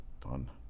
Done